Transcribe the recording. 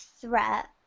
threat